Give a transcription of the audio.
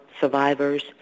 survivors